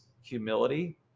humility